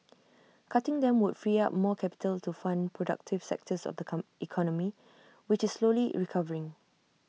cutting them would free up more capital to fund productive sectors of the economy which is slowly recovering